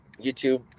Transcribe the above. YouTube